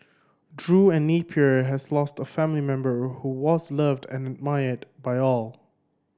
Drew and Napier has lost a family member who was loved and admired by all